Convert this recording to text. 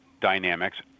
dynamics